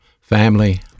Family